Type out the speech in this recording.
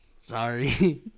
Sorry